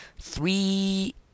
Three